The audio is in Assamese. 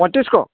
পঁয়ত্ৰিশ শ